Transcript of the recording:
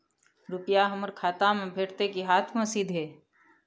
रुपिया हमर खाता में भेटतै कि हाँथ मे सीधे?